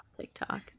TikTok